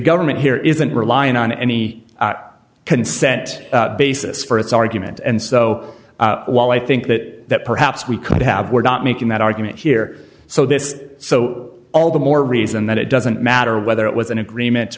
government here isn't relying on any consent basis for its argument and so while i think that perhaps we could have we're not making that argument here so this so all the more reason that it doesn't matter whether it was an agreement